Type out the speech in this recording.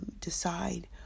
decide